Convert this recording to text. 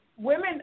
Women